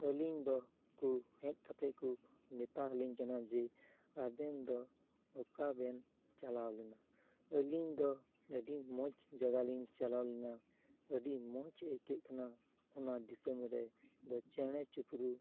ᱟᱹᱞᱤᱧ ᱫᱚ ᱠᱚ ᱦᱮᱡ ᱠᱟᱛᱮᱫ ᱠᱚ ᱢᱮᱛᱟᱞᱤᱧ ᱠᱟᱱᱟ ᱡᱮ ᱟᱵᱮᱱ ᱫᱚ ᱚᱠᱟ ᱵᱮᱱ ᱪᱟᱞᱟᱣ ᱞᱮᱱᱟ ᱟᱹᱞᱤᱧ ᱫᱚ ᱟᱹᱰᱤ ᱢᱚᱡᱽ ᱡᱟᱭᱜᱟᱞᱤᱧ ᱪᱟᱞᱟᱣ ᱞᱮᱱᱟ ᱟᱹᱰᱤ ᱢᱚᱡᱽ ᱟᱹᱭᱠᱟᱹᱜ ᱠᱟᱱᱟ ᱚᱱᱟ ᱫᱤᱥᱚᱢ ᱨᱮᱫᱚ ᱪᱮᱬᱮ ᱪᱤᱯᱨᱩᱫ